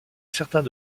certains